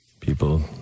people